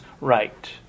right